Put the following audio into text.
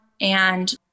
And-